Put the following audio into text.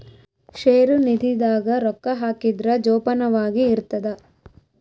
ಷೇರು ನಿಧಿ ದಾಗ ರೊಕ್ಕ ಹಾಕಿದ್ರ ಜೋಪಾನವಾಗಿ ಇರ್ತದ